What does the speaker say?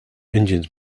engines